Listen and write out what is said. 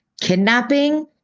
kidnapping